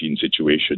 situation